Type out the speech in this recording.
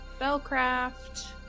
spellcraft